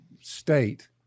state